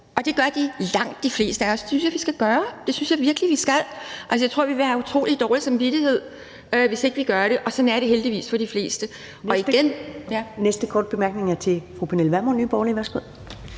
og det gør langt de fleste af os, og det synes jeg vi skal gøre. Det synes jeg virkelig vi skal. Altså, jeg tror, vi vil have utrolig dårlig samvittighed, hvis ikke vi gør det, og sådan er det heldigvis for de fleste. Og igen ... Kl. 13:50 Første næstformand (Karen